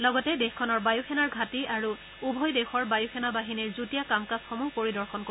লগতে দেশখনৰ বায়ুসেনাৰ ঘাটী আৰু উভয় দেশৰ বায়ুসেনা বাহিনীৰ যুটীয়া কাম কাজসমূহ পৰিদৰ্শন কৰিব